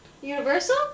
Universal